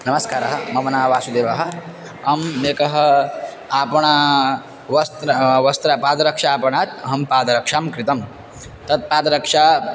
नमस्कारः मम नाम वासुदेवः अम् एकः आपणात् वस्त्रं पादरक्षापणात् अहं पादरक्षां क्रितं तत् पादरक्षा